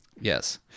Yes